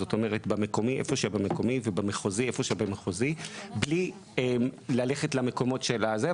זאת אומרת במקומי ובמחוזי בלי ללכת למקומות של זה,